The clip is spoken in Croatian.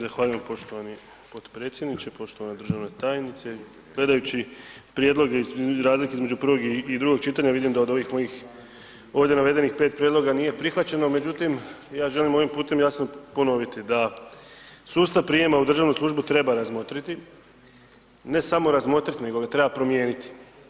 Zahvaljujem poštovani potpredsjedniče, poštovana državna tajnice, gledajući prijedloge između, razlike između prvog i drugog čitanja, vidim da od ovih mojih, ovdje navedenih 5 prijedloga nije prihvaćeno, međutim, ja želim ovim putem jasno ponoviti, da sustav prijama u državnu službu treba razmotriti, ne samo razmotriti, nego treba promijeniti.